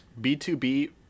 B2B